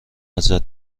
ازت